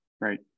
Right